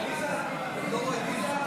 אדוני היושב-ראש,